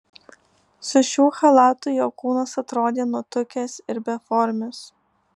su šiuo chalatu jo kūnas atrodė nutukęs ir beformis